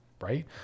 right